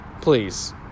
Please